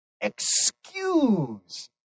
excuse